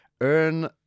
earn